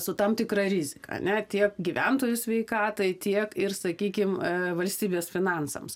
su tam tikra rizika ane tiek gyventojų sveikatai tiek ir sakykim valstybės finansams